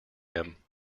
him